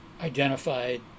identified